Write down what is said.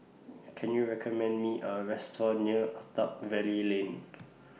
Can YOU recommend Me A Restaurant near Attap Valley Lane